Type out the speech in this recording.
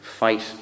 fight